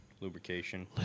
Lubrication